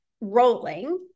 rolling